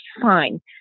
fine